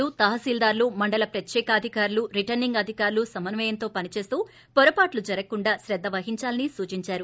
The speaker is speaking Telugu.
లు తాహసీల్దార్లు మండల ప్రత్యేకాధికారులు రిటర్సింగ్ అధికారులు సమన్నయంతో పనిచేస్తూ పొరపాట్లు జరగకుండా కేద్ద వహిందాలని సూచిందారు